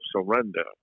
surrender